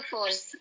Force